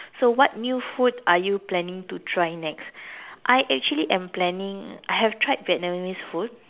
so what new food are you planning to try next I actually am planning I have tried Vietnamese food